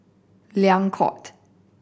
Liang Court